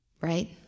right